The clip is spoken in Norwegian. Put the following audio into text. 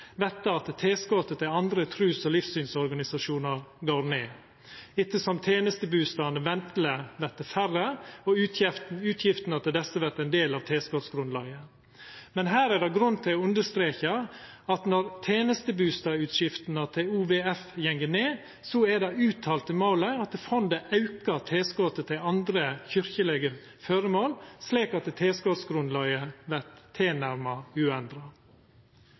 Dette har m.a. handla om at når tenestebustad- og bupliktordninga vert avvikla, kan ein konsekvens verta at tilskotet til andre trus- og livssynsorganisasjonar går ned, ettersom tenestebustadene venteleg vert færre, og utgiftene til desse vert ein del av tenestegrunnlaget. Men her er det grunn til å understreka at når tenestebustadutgiftene til OVF går ned, er det uttalte målet at fondet aukar tilskotet til andre kyrkjelege føremål, slik at tilskotsgrunnlaget vert